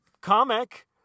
comic